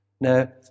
Now